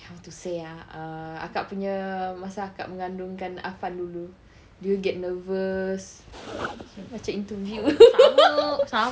how to say ah err kakak punya masa kakak mengandungkan affan dulu do you get nervous macam interview